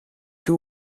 two